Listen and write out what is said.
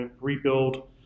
rebuild